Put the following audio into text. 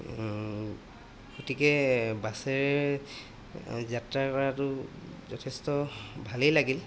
গতিকে বাছেৰে যাত্ৰা কৰাটো যথেষ্ট ভালেই লাগিল